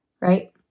right